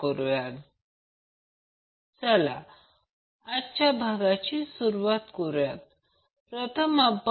तर या प्रकरणात आपण थ्री वॅटमीटर वापरला आहे